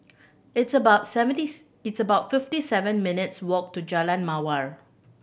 it's about seventy it's about fifty seven minutes' walk to Jalan Mawar